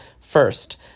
first